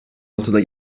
altıda